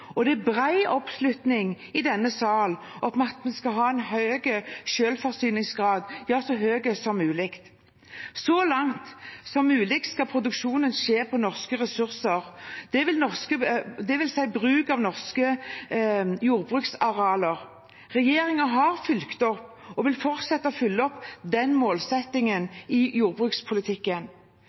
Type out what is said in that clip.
landet. Det er bred oppslutning i denne sal om at vi skal ha en høy selvforsyningsgrad, ja, så høy som mulig. Så langt som mulig skal produksjonen skje på norske ressurser, dvs. bruk av norske jordbruksarealer. Regjeringen har fulgt opp og vil fortsette å følge opp den målsettingen i jordbrukspolitikken.